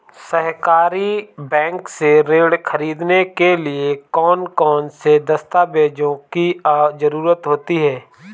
सहकारी बैंक से ऋण ख़रीदने के लिए कौन कौन से दस्तावेजों की ज़रुरत होती है?